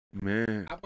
Man